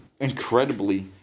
Incredibly